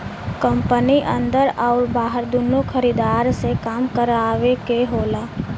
company अन्दर आउर बाहर दुन्नो खरीदार से काम करावे क होला